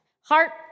heart